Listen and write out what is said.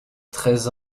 treize